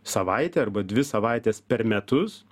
savaitė arba dvi savaitės per metus